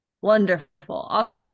wonderful